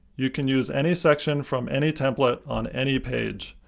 you can use any section, from any template, on any page.